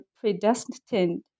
predestined